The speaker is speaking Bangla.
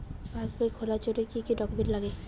পাসবই খোলার জন্য কি কি ডকুমেন্টস লাগে?